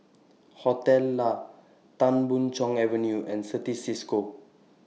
Hostel Lah Tan Boon Chong Avenue and Certis CISCO